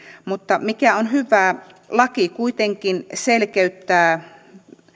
mutta se mikä on hyvää on se että laki kuitenkin selkeyttää